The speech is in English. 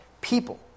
people